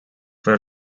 were